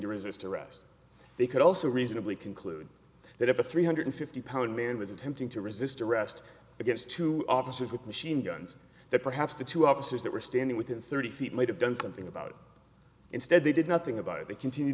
to resist arrest they could also reasonably conclude that if a three hundred fifty pound man was attempting to resist arrest against two officers with machine guns that perhaps the two officers that were standing within thirty feet might have done something about it instead they did nothing about it they continue